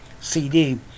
cd